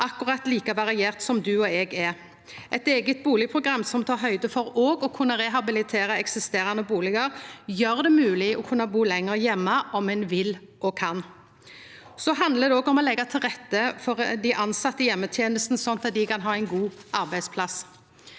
akkurat like varierte som du og eg er. Eit eige bustadprogram som tek høgd for òg å kunna rehabilitera eksisterande bustader, gjer det mogleg å kunna bu lenger heime om ein vil og kan. Det handlar òg om å leggja til rette for dei tilsette i heimetenesta, slik at dei kan ha ein god arbeidsplass.